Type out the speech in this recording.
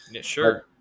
sure